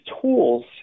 tools